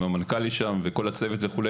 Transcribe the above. עם המנכ"לית שם וכל הצוות וכו',